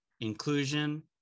inclusion